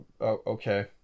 okay